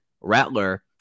Rattler